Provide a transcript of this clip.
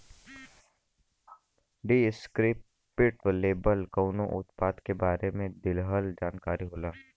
descriptive label कउनो उत्पाद के बारे में दिहल जानकारी होला